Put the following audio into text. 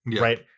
Right